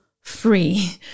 free